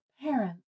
parents